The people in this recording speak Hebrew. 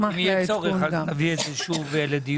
אם יהיה צורך, אני אביא את זה שוב לדיון.